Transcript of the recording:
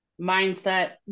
mindset